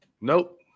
Nope